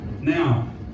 Now